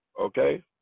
okay